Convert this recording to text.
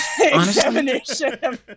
examination